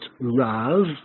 Rav